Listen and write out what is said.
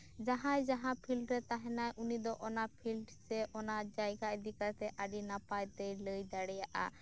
ᱡᱟᱦᱟᱸᱭ ᱡᱟᱦᱟᱸ ᱯᱷᱤᱞᱰ ᱨᱮᱭ ᱛᱟᱦᱮᱱᱟᱭ ᱩᱱᱤᱫᱚ ᱚᱱᱟ ᱯᱷᱤᱞᱰ ᱥᱮ ᱚᱱᱟ ᱡᱟᱭᱜᱟ ᱤᱫᱤ ᱠᱟᱛᱮᱫ ᱟᱹᱰᱤ ᱱᱟᱯᱟᱭᱛᱮᱭ ᱞᱟᱹᱭ ᱫᱟᱲᱮᱭᱟᱜᱼᱟ